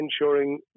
ensuring